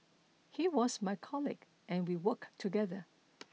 he was my colleague and we worked together